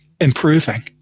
improving